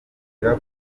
mpari